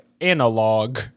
analog